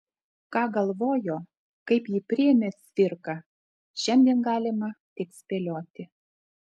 ką galvojo kaip jį priėmė cvirka šiandien galima tik spėlioti